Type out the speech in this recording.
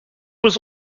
was